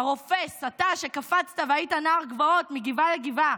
הרופס, אתה שקפצת והיית נער גבעות מגבעה לגבעה,